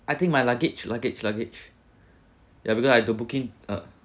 I think my luggage luggage luggage yeah because I do booking uh